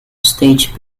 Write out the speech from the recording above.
stage